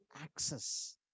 access